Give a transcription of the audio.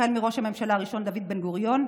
החל מראש הממשלה הראשון דוד בן-גוריון,